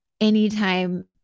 anytime